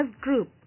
group